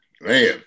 Man